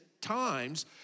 times